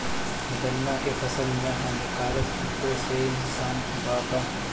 गन्ना के फसल मे हानिकारक किटो से नुकसान बा का?